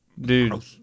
Dude